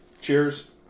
cheers